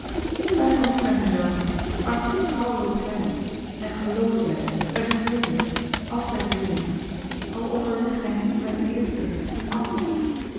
twijfel niet aan u zelven maar betrouw u op hem en geloof mij gij zult winnen altijd winnen al overwint gij niet met den eersten in alles